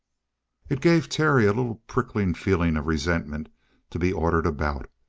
it gave terry a little prickling feeling of resentment to be ordered about.